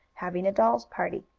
having a dolls' party.